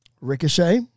Ricochet